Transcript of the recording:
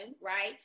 right